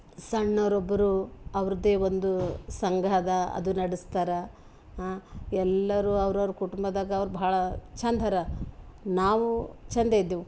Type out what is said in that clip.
ಸಣ್ಣೋರು ಒಬ್ಬರು ಅವ್ರದ್ದೇ ಒಂದು ಸಂಘ ಅದ ಅದು ನಡೆಸ್ತಾರ ಹಾಂ ಎಲ್ಲರೂ ಅವ್ರವ್ರ ಕುಟುಂಬದಾಗ ಅವರು ಭಾಳ ಛಂದರ ನಾವು ಛಂದ ಇದ್ದೇವು